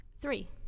Three